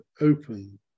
open